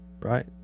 Right